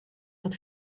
под